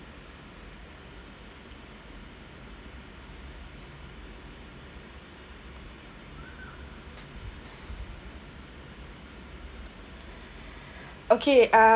okay uh~